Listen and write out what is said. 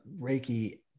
Reiki